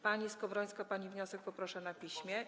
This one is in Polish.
Pani Skowrońska, pani wniosek poproszę na piśmie.